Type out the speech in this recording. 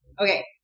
Okay